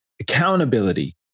accountability